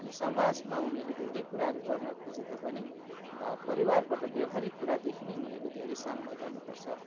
अनि समाजमा उनीहरूले धेरै कुराहरू गर्न खोजेता पनि परिवारबाट व्यवाहारिक कुरादेखि नै उनीहरूले धेरै कुरा सामना गर्नु पर्छ